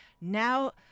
Now